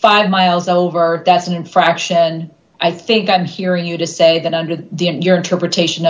five miles over that's an infraction i think i'm hearing you to say that under your interpretation